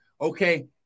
okay